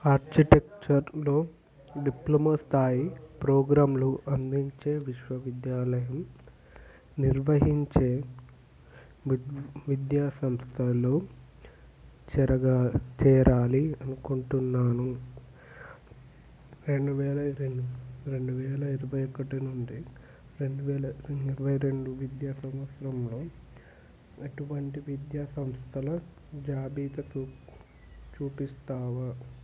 ఆర్చిటెక్చర్లో diploma స్థాయి ప్రోగ్రాంలు అందించే విశ్వవిద్యాలయం నిర్వహించే వి విద్యా సంస్థలో చెరగా చేరాలి అనుకుంటున్నాను రెండు వేల ఇరవై రెండు వేల ఇరవై ఒకటి నుండి రెండు వేల ఇరవై రెండు విద్యా సంవత్సరంలో అటువంటి విద్యా సంస్థల జాబితా చూపిస్తావా